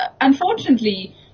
unfortunately